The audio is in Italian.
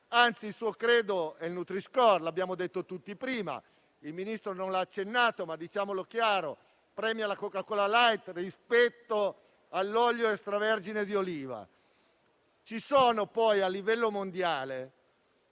anzi il suo credo è il nutri-score, che come abbiamo detto tutti prima - il Ministro non lo ha accennato, ma diciamolo chiaramente - premia la Coca-cola *light* rispetto all'olio extravergine di oliva. Ci sono poi, a livello mondiale,